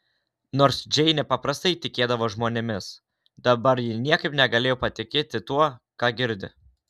nors džeinė paprastai tikėdavo žmonėmis dabar ji niekaip negalėjo patikėti tuo ką girdi